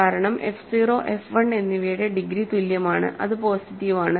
കാരണം F 0 F 1 എന്നിവയുടെ degree തുല്യമാണ്അത് പോസിറ്റീവ് ആണ്